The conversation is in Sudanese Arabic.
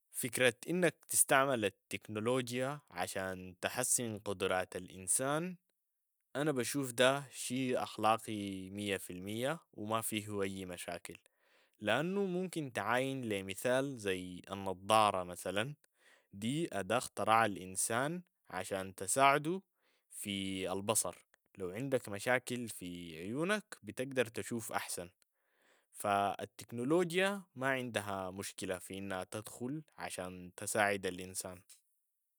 فكرة أنك تستعمل التكنولوجيا عشان تحسن قدرات الإنسان أنا بشوف ده شي أخلاقي مية في المية و ما فيو أي مشاكل لأنو ممكن تعاين لمثال زي النظارة مثلا، دي أداة اختراع الإنسان عشان تساعده في البصر، لو عندك مشاكل في عيونك بتقدر تشوف أحسن، فالتكنولوجيا ما عندها مشكلة في أنها تدخل عشان تساعد الإنسان.